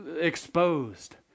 exposed